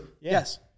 Yes